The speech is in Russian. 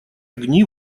огни